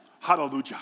Hallelujah